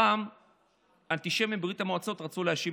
פעם אנטישמים בברית המועצות רצו להאשים